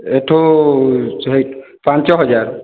ଏଇଠୁ ପାଞ୍ଚ ହଜାର